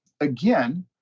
Again